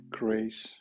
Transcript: grace